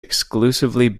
exclusively